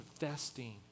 investing